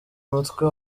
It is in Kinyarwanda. mutwe